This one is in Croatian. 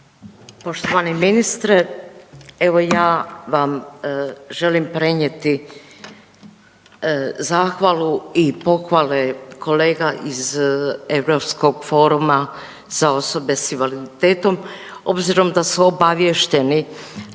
Poštovani ministre, evo ja vam želim prenijeti zahvalu i pohvale kolega iz Europskog foruma za osobe s invaliditetom obzirom da su obaviješteni